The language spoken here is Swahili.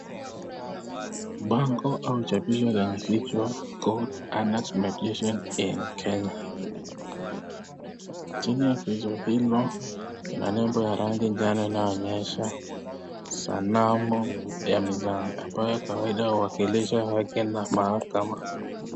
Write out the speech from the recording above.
Bango au jadira imeandikwa (cs)Court Anex Mediation in Kenya(cs). Chini ya agizo hilo kuna nembo ya rangi njane inayoonyesha sanamu ya mizani ambayo kawaida huwakilisha weke la mahakama.